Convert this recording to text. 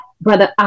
Brother